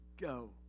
Go